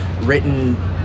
written